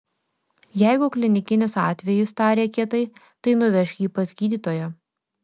jeigu klinikinis atvejis tarė kietai tai nuvežk jį pas gydytoją